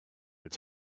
its